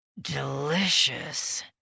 Delicious